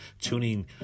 tuning